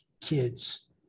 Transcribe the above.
kids